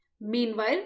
Meanwhile